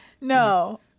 No